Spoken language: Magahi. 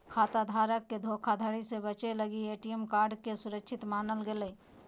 खाता धारक के धोखाधड़ी से बचे लगी ए.टी.एम कार्ड के सुरक्षित मानल गेलय